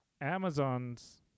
Amazon's